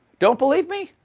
don't believe me?